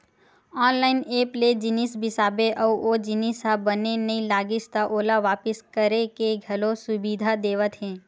online app ले जिनिस बिसाबे अउ ओ जिनिस ह बने नइ लागिस त ओला वापिस करे के घलो सुबिधा देवत हे